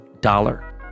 dollar